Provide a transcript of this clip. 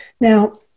Now